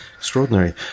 Extraordinary